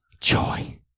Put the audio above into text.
joy